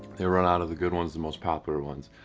they run out of the good ones, the most popular ones.